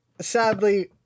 sadly